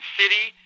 city